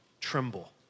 tremble